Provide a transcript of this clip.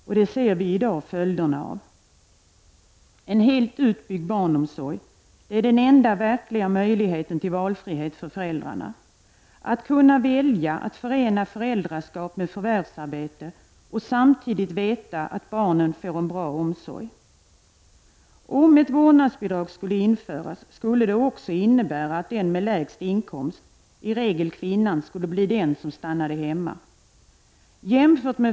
I dag ser vi följderna av detta. En helt utbyggd barnomsorg är den enda verkliga möjligheten till valfrihet för föräldrarna, så att de kan välja att förena föräldraskap med förvärvsarbete och samtidigt veta att barnen får en bra omsorg. Om ett vårdnadsbidrag skulle införas skulle detta också innebära att den av föräldrarna som har den lägsta inkomsten, i regel kvinnan, skulle bli den som stannade hemma.